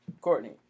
Courtney